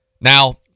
Now